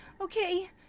okay